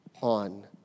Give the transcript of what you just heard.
on